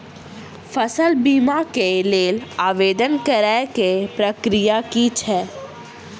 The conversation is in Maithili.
फसल बीमा केँ लेल आवेदन करै केँ प्रक्रिया की छै?